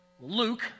Luke